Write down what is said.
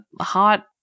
hot